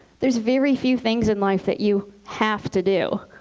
there's very few things in life that you have to do.